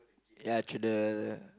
ya through the